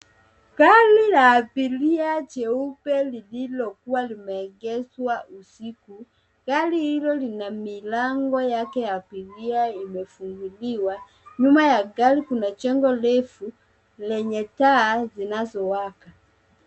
Gari la abiria jeupe lililokuwa limeegeshwa usiku. Gari hilo lina milango yake ya kulia imefunguliwa, nyuma ya gari kuna jengo ndefu lenye taa zinazowaka.